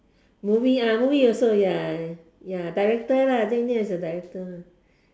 movie ah movie also ya ya director lah as a director